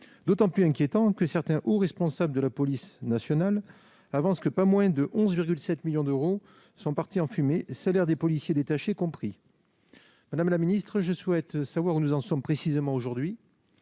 d'autant plus inquiétant que certains hauts responsables de la police nationale avancent que, au total, 11,7 millions d'euros seraient partis en fumée, salaires des policiers détachés compris. Madame la ministre, où en est précisément ce projet aujourd'hui